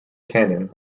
canon